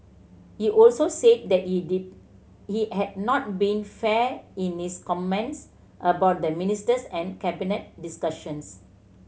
he also said that he did he had not been fair in his comments about the ministers and Cabinet discussions